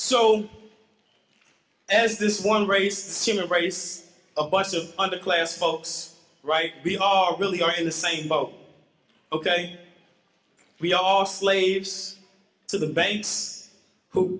so as this one race simmons race a bunch of underclass folks right we are really are in the same boat ok we are slaves to the banks who